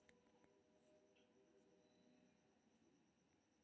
लकड़ी मोटामोटी दू तरहक होइ छै, जेना, मुलायम आ कठोर लकड़ी